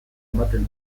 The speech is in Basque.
ematen